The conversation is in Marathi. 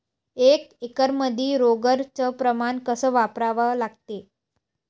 एक एकरमंदी रोगर च प्रमान कस वापरा लागते?